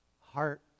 heart